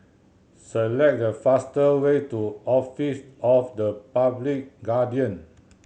select the faster way to Office of the Public Guardian